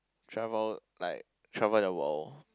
travel like travel the world